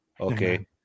okay